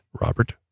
Robert